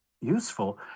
useful